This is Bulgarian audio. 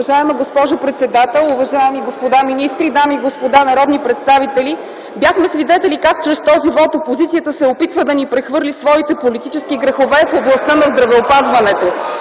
Уважаема госпожо председател, уважаеми господа министри, дами и господа народни представители! Бяхме свидетели как чрез този вот опозицията се опитва да ни прехвърли своите политически грехове в областта на здравеопазването.